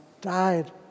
died